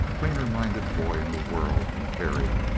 cleaner-minded boy in the world than terry.